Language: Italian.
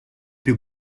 più